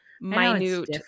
minute